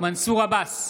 מנסור עבאס,